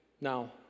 now